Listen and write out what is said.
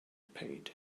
paid